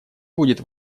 будет